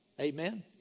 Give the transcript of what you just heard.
Amen